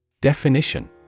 Definition